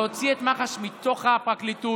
להוציא את מח"ש מתוך הפרקליטות,